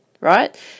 right